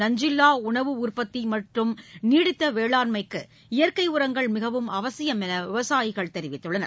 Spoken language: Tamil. நஞ்சில்லா உணவு உற்பத்தி மற்றும் நீடித்த வேளாண்மைக்கு இயற்கை உரங்கள் மிகவும் அவசியம் என விவசாயிகள் தெரிவித்துள்ளார்